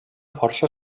força